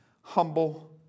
Humble